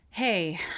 Hey